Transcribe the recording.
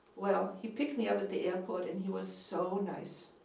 well, he picked me up at the airport and he was so nice.